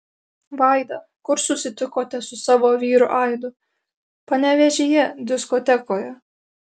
vaida kur susitikote su savo vyru aidu panevėžyje diskotekoje